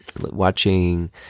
watching